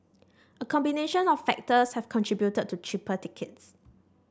a combination of factors have contributed to cheaper tickets